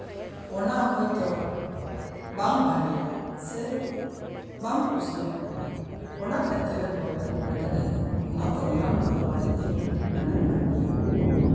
ᱚᱱᱟ ᱦᱳᱭᱛᱳ ᱵᱟᱝ ᱵᱷᱟᱜᱮᱭᱟ ᱥᱮ ᱵᱟᱢ ᱠᱩᱥᱤᱭᱟᱜ ᱠᱟᱱᱟ ᱚᱱᱟ ᱠᱷᱮᱛᱨᱮ ᱨᱮ ᱯᱨᱚᱵᱞᱮᱢ ᱦᱩᱭ ᱫᱟᱲᱮᱭᱟᱜᱼᱟ ᱚᱱᱟᱛᱮ ᱚᱱᱟ ᱨᱮᱱᱟᱜ ᱫᱚ ᱵᱟᱹᱲᱤᱡ ᱫᱤᱠ ᱢᱤᱫᱴᱮᱱ ᱢᱮᱱᱟᱜ ᱟᱠᱟᱫ ᱜᱮᱭᱟ